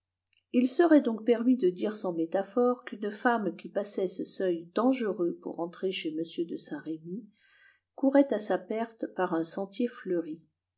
il serait donc permis de dire sans métaphore qu'une femme qui passait ce seuil dangereux pour entrer chez m de saint-remy courait à sa perte par un sentier fleuri